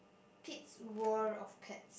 Pete's World of Cats